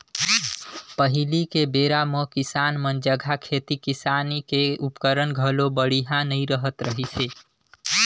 पहिली के बेरा म किसान मन जघा खेती किसानी के उपकरन घलो बड़िहा नइ रहत रहिसे